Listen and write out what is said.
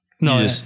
No